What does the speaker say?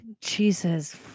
Jesus